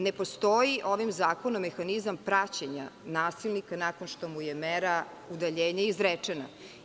Ne postoji ovim zakonom mehanizam praćenja nasilnika nakon što mu je mera udaljenja izrečena.